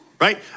Right